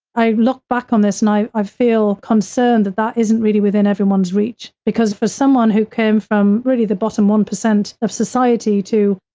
i look back on this, and i i feel concerned that that isn't really within everyone's reach. because for someone who came from really the bottom one percent of society to,